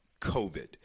COVID